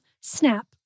SNAP